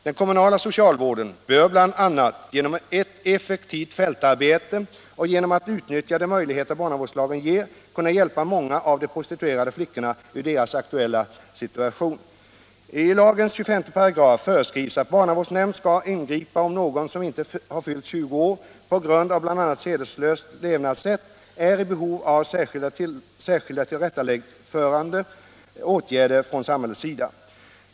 Den kommunala socialvården bör bl.a. genom ett effektivare fältarbete och genom att utnyttja de möjligheter barnavårdslagen ger kunna hjälpa många av de prostituerade flickorna ur deras aktuella situation. I lagens 25 § föreskrivs att barnavårdsnämnd skall ingripa om någon som inte har fyllt 20 år, på grund av bl.a. sedeslöst levnadssätt är i behov av särskilda tillrättaförande åtgärder från samhällets sida.